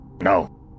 No